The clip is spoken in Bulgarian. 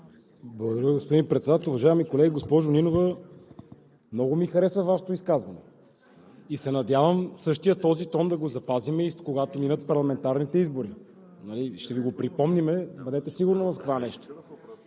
Благодаря, господин Председател. Уважаеми колеги! Госпожо Нинова, много ми хареса Вашето изказване. (Оживление.) И се надявам същия този тон да го запазим и когато минат парламентарните избори. Ще Ви го припомним, бъдете сигурна в това нещо.